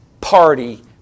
party